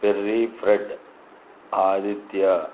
Perry Fred Aditya